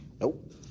Nope